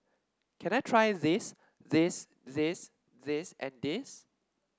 can I try this this this this and this